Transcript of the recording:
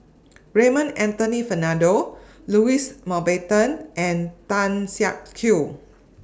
Raymond Anthony Fernando Louis Mountbatten and Tan Siak Kew